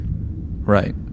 Right